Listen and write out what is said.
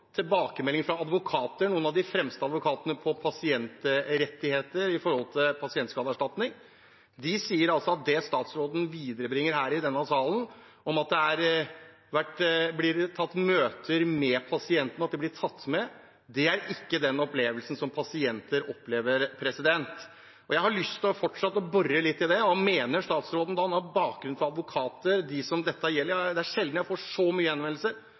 noen av de fremste advokatene på pasientrettigheter når det gjelder pasientskadeerstatning, er at det statsråden viderebringer i denne salen om at det blir tatt møter med pasientene, og at de blir tatt med, ikke er den opplevelsen pasientene har. Jeg har lyst til fortsatt å bore litt i det – statsrådens mening om tilbakemeldingene fra advokater og dem dette gjelder, Det er sjelden jeg får så